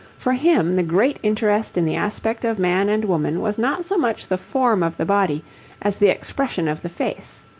for him the great interest in the aspect of man and woman was not so much the form of the body as the expression of the face.